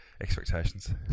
expectations